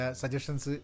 suggestions